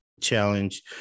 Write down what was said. challenge